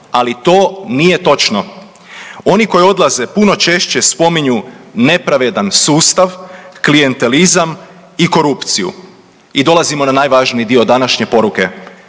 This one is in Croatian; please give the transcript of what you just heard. Ali to nije točno. Oni koji odlaze puno češće spominju nepravedan sustav, klijentelizam i korupciju. I dolazimo na najvažniji dio današnje poruke.